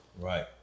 Right